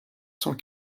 cent